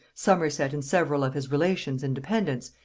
somerset and several of his relations and dependants,